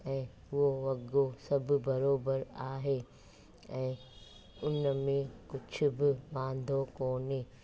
ऐं उहो वॻो सभु बराबरि आहे ऐं उन में कुझु बि वांदो कोन्हे